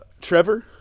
Trevor